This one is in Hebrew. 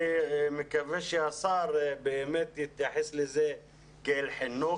אני מקווה שהשר באמת יתייחס לזה כאל חינוך,